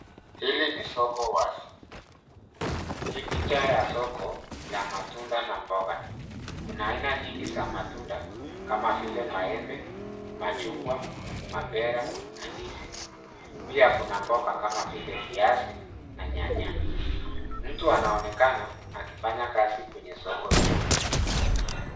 Hili ni soko wazi. Hii picha ya soko la matunda na mboga. Kuna aina nyingi za matunda kama vile maembe, machungwa, mapera na ndizi. Pia kuna mboga kama vile viazi na nyanya. Mtu anaonekana akifanya kazi kwenye soko hili.